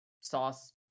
sauce